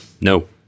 No